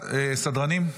סדרנים,